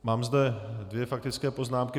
Mám zde dvě faktické poznámky.